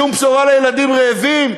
שום בשורה לילדים רעבים.